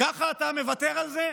ככה אתה מוותר על זה?